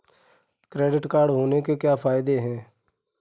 Credit card होने के क्या फायदे हैं?